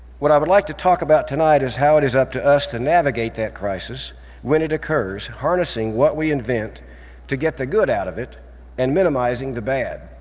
what i would like to talk about tonight is how it is up to us to navigate that crisis when it occurs, harnessing what we invent to get the good out of it and minimizing the bad.